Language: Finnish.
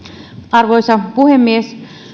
arvoisa puhemies